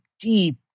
deep